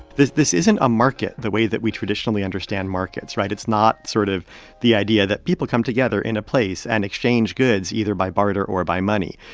this this isn't a market the way that we traditionally understand markets, right? it's not sort of the idea that people come together in a place and exchange goods either by barter or by money.